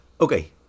Okay